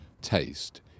taste